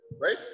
right